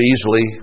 easily